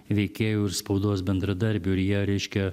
veikėjų ir spaudos bendradarbių ir jie reiškia